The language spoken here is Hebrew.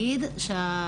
שברגע